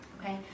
Okay